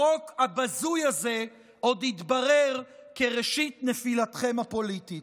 החוק הבזוי הזה עוד יתברר כראשית נפילתכם הפוליטית.